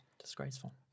Disgraceful